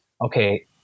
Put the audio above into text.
okay